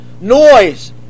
noise